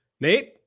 Nate